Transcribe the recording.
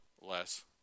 Less